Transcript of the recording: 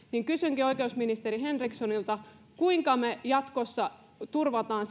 kysyä oikeusministeri henrikssonilta kuinka me jatkossa turvaamme